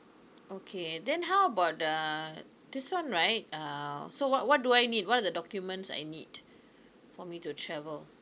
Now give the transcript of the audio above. okay then how about the this one right err so what what do I need what are the documents I need for me to travel